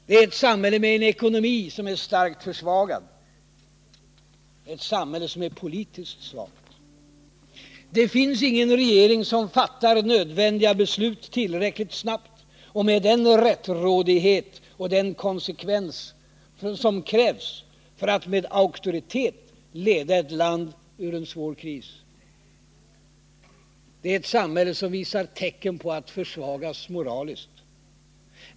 Det är ett samhälle med en ekonomi som är starkt försvagad, ett samhälle som är politiskt svagt. Det finns ingen regering som fattar nödvändiga beslut tillräckligt snabbt och med den rättrådighet och den konsekvens som krävs för att med auktoritet leda ett land ur en svår kris. Det är ett samhälle som visar tecken på att försvagas moraliskt.